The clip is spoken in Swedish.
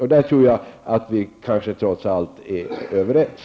På den punkten tror jag trots allt att vi är överens.